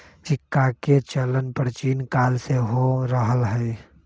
सिक्काके चलन प्राचीन काले से हो रहल हइ